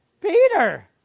Peter